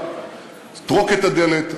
אטרוק את הדלת.